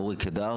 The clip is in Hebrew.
אורי קידר